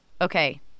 okay